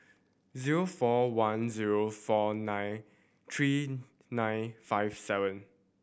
zero four one zero four nine three nine five seven